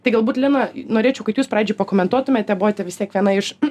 tai galbūt lina norėčiau kad jūs pradžioj pakomentuotumėte buvote vis tiek viena iš